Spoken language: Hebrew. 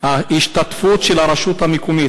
ההשתתפות של הרשות המקומית.